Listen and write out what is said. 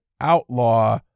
outlaw